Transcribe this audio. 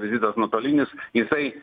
vizitas nuotolinis į tai